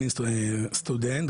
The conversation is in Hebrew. אני סטודנט,